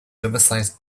oversized